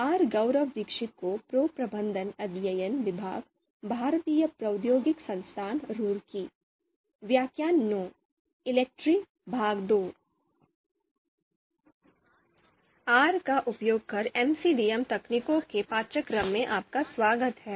are का उपयोग कर एमसीडीएम तकनीकों के पाठ्यक्रम में आपका स्वागत है